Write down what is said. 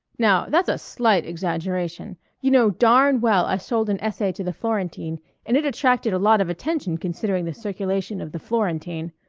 now that's a slight exaggeration. you know darn well i sold an essay to the florentine and it attracted a lot of attention considering the circulation of the florentine.